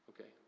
Okay